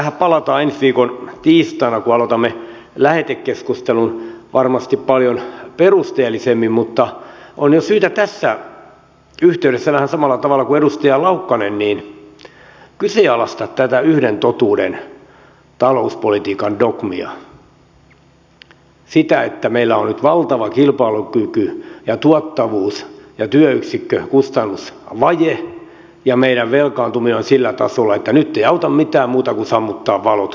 tähän palataan ensi viikon tiistaina kun aloitamme lähetekeskustelun varmasti paljon perusteellisemmin mutta on jo syytä tässä yhteydessä vähän samalla tavalla kuin edustaja laukkanen kyseenalaistaa tätä yhden totuuden talouspolitiikan dogmia sitä että meillä on nyt valtava kilpailukyky ja tuottavuus ja työn yksikkökustannusvaje ja meidän velkaantumisemme on sillä tasolla että nyt ei auta mitään muuta kuin sammuttaa valot käytännössä